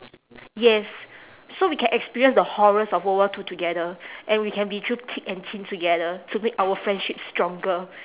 yes so we can experience the horrors of world war two together and we can be through thick and thin together to make our friendship stronger